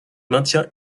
maintient